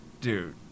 dude